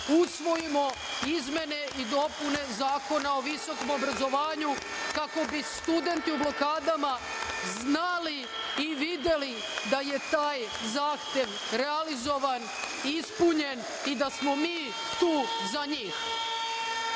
usvojimo izmene i dopune Zakona o visokom obrazovanju kako bi studenti u blokadama znali i videli da je taj zahtev realizovan, ispunjen i da smo mi tu za njih. Pošto